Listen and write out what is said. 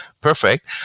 perfect